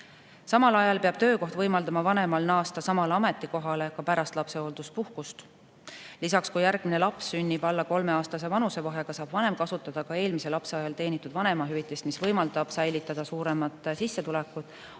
samal ajal peab töökoht võimaldama vanemal naasta samale ametikohale ka pärast lapsehoolduspuhkust. Lisaks, kui järgmine laps sünnib alla kolmeaastase vanusevahega, saab vanem kasutada ka eelmise lapse ajal teenitud vanemahüvitist, mis võimaldab säilitada suuremat sissetulekut,